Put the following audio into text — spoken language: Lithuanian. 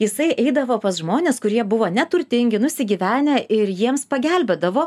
jisai eidavo pas žmones kurie buvo neturtingi nusigyvenę ir jiems pagelbėdavo